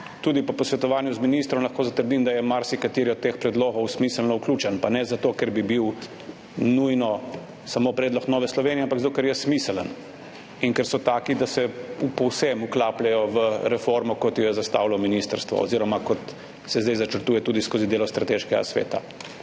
Tudi po posvetovanju z ministrom lahko zatrdim, da je marsikateri od teh predlogov smiselno vključen, pa ne zato, ker bi bil nujno samo predlog Nove Slovenije, ampak zato, ker je smiseln in ker so taki, da se povsem vklapljajo v reformo, kot jo je zastavilo ministrstvo oziroma kot se zdaj začrtuje tudi skozi delo strateškega sveta.